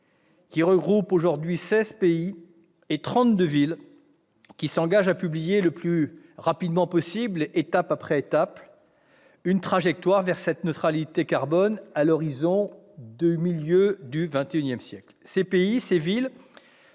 regroupe seize pays et trente-deux villes, qui s'engagent à publier le plus rapidement possible, étape après étape, une trajectoire vers la neutralité carbone à l'horizon de la moitié du XXI siècle. Ces pays, ces villes,